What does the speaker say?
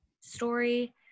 story